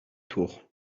tours